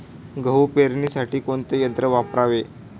गहू पेरणीसाठी कोणते यंत्र वापरावे?